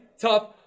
tough